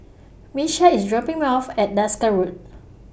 Miesha IS dropping Me off At Desker Road